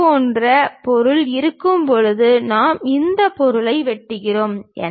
இதுபோன்ற பொருள் இருக்கும்போது நாம் இந்த பொருளை வெட்டுகிறோம்